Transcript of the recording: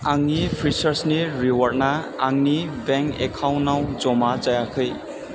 आंनि फ्रिसार्जनि रिवार्डआ आंनि बेंक एकाउन्टआव जमा जायाखै